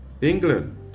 England